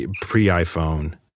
pre-iphone